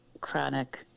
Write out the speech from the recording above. chronic